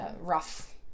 rough